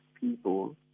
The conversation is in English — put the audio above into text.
people